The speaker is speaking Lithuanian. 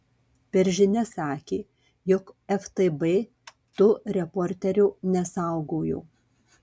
per žinias sakė jog ftb to reporterio nesaugojo